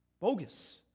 Bogus